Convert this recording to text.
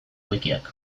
wikiak